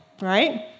right